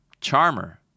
Charmer